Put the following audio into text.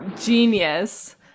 genius